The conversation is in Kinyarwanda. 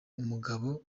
umugabo